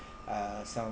uh some